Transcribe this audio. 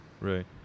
right